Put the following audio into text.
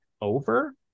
over